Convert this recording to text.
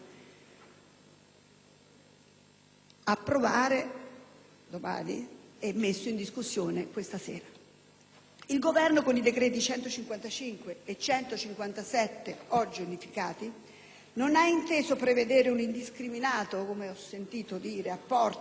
Il Governo, con i decreti-legge nn. 155 e 157, ora unificati, non ha inteso prevedere un indiscriminato - come ho sentito dire - apporto finanziario alle banche.